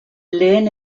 lehen